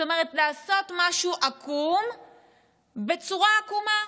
זאת אומרת, לעשות משהו עקום בצורה עקומה.